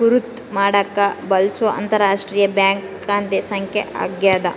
ಗುರುತ್ ಮಾಡಾಕ ಬಳ್ಸೊ ಅಂತರರಾಷ್ಟ್ರೀಯ ಬ್ಯಾಂಕ್ ಖಾತೆ ಸಂಖ್ಯೆ ಆಗ್ಯಾದ